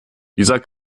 dieser